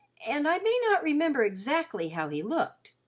and i may not remember exactly how he looked,